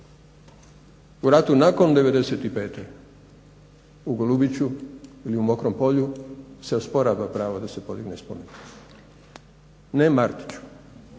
u ratu nakon '95. u Golubiću ili u Mokrom polju se osporava pravo da se podigne spomenik. Ne Martiću,